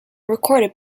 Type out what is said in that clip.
recorded